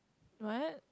what